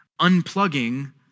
unplugging